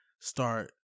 start